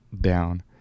down